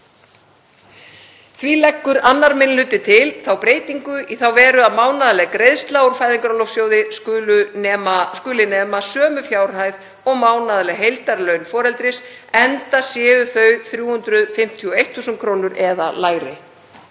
Því leggur 2. minni hluti til breytingu í þá veru að mánaðarleg greiðsla úr Fæðingarorlofssjóði skuli nema sömu fjárhæð og mánaðarleg heildarlaun foreldris, enda séu þau 351.000 kr. eða lægri.